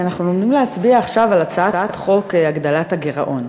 אנחנו עומדים להצביע עכשיו על הצעת חוק הגדלת הגירעון,